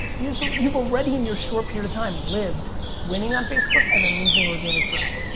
you've you've already in your short period of time, lived winning on facebook and then losing organic drop.